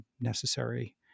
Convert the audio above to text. necessary